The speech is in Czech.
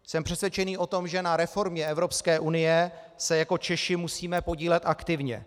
Jsem přesvědčený o tom, že na reformě Evropské unie se jako Češi musíme podílet aktivně.